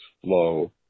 flow